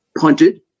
punted